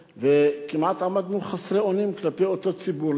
וכמעט עמדנו חסרי אונים כלפי אותו ציבור.